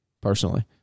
personally